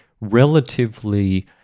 relatively